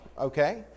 okay